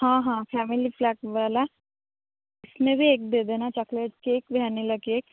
हाँ हाँ family pack वाला इसमें भी एक दे देना चॉकोलेट केक वैनीला केक